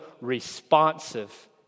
responsive